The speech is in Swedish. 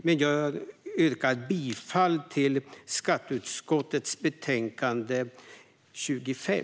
Jag yrkar bifall till utskottets förslag i skatteutskottets betänkande 25.